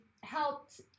helped